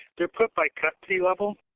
they're put by custody level.